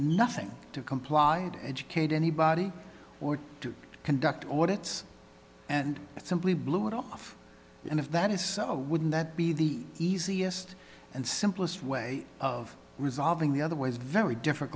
nothing to comply and educate anybody or to conduct audits and it simply blew it off and if that is so wouldn't that be the easiest and simplest way of resolving the otherwise very diff